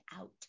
out